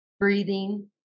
breathing